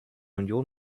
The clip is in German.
union